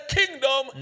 kingdom